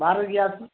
Bharat gas